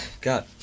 God